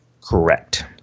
Correct